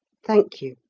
thank you.